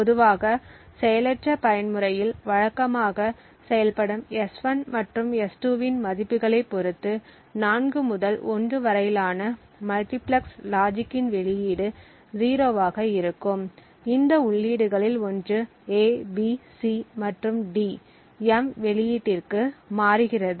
பொதுவாக செயலற்ற பயன்முறையில் வழக்கமாக செயல்படும் S1 மற்றும் S2 இன் மதிப்புகளைப் பொறுத்து 4 முதல் 1 வரையிலான மல்டிபிளெக்சர் லாஜிக்கின் வெளியீடு 0 ஆக இருக்கும் இந்த உள்ளீடுகளில் ஒன்று A B C மற்றும் D M வெளியீட்டிற்கு மாறுகிறது